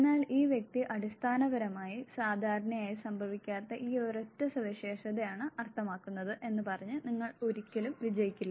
എന്നാൽ ഈ വ്യക്തി അടിസ്ഥാനപരമായി സാധാരണയായി സംഭവിക്കാത്ത ഈ ഒരൊറ്റ സവിശേഷത ആണ് അർത്ഥമാക്കുന്നത് എന്ന് പറഞ്ഞ് നിങ്ങൾ ഒരിക്കലും വിജയിക്കില്ല